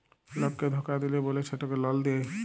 লককে ধকা দিল্যে বল্যে সেটকে লল দেঁয়